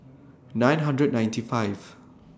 nine hundred ninety five